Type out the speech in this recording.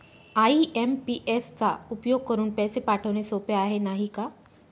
IMPS चा उपयोग करुन पैसे पाठवणे सोपे आहे, नाही का